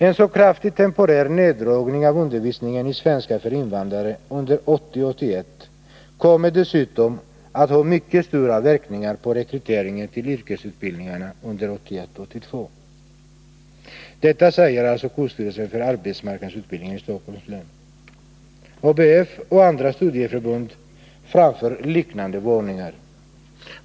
En så kraftig temporär neddragning av undervisningen i svenska för invandrare under 80 82.” Fredagen den Detta säger alltså kursstyrelsen för arbetsmarknadsutbildningen i Stock 5 december 1980 holms län. ABF och andra studieförbund framför liknande varningar.